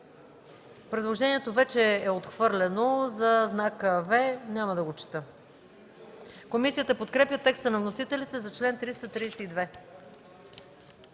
Предложението вече е отхвърлено – за знака „V”. Няма да го чета. Комисията подкрепя текста на вносителите за чл. 332.